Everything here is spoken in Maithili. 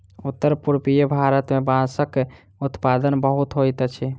उत्तर पूर्वीय भारत मे बांसक उत्पादन बहुत होइत अछि